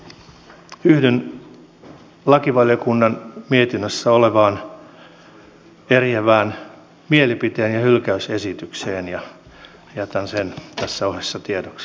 yhdyn lakivaliokunnan mietinnössä olevaan eriävään mielipiteeseen ja hylkäysesitykseen ja jätän sen tässä ohessa tiedoksi